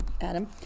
Adam